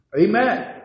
amen